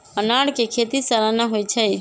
अनारकें खेति सलाना होइ छइ